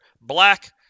black